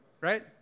Right